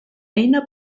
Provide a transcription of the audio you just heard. eina